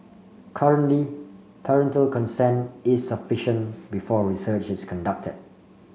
currently parental consent is sufficient before research is conducted